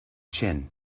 chin